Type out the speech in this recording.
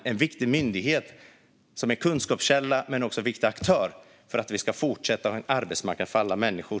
Det är en viktig myndighet och en kunskapskälla men också en viktig aktör för att vi ska fortsätta att ha en arbetsmarknad för alla människor.